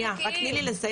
שנייה, רק תני לי לסיים.